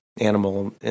animal